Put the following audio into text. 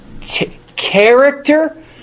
Character